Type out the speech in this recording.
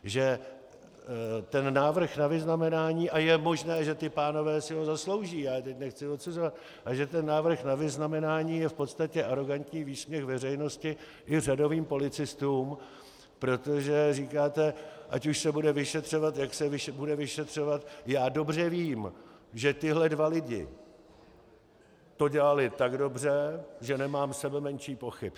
Že ten návrh na vyznamenání, a je možné, že ti pánové si ho zaslouží, já je teď nechci odsuzovat, ale že ten návrh na vyznamenání je v podstatě arogantní výsměch veřejnosti i řadovým policistům, protože říkáte, ať už se bude vyšetřovat, jak se bude vyšetřovat, já dobře vím, že tito dva lidé to dělali tak dobře, že nemám sebemenších pochyb.